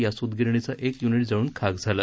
यात सुतगिरणीचं एक युनिट जाळून खाक झालं